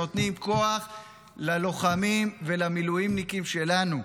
שנותנות כוח ללוחמים ולמילואימניקים שלנו.